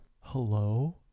Hello